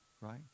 right